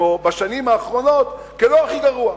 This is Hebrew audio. שבשנים האחרונות גם הוכיח את עצמו כלא הכי גרוע.